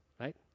right